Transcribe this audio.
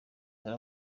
dore